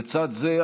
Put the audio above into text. לצד זה,